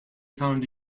found